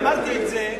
אמרתי את זה,